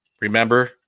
Remember